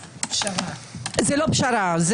זה לא פשרה.